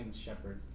shepherd